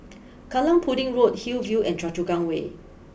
Kallang Pudding Road Hillview and Choa Chu Kang way